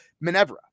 Minerva